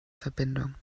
verbindung